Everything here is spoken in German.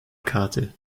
fahrkarte